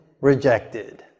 Rejected